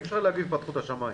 אי-אפשר להגיד שפתחו את השמים.